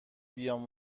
بیام